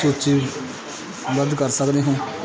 ਸੂਚੀਬੱਧ ਕਰ ਸਕਦੇ ਹੋ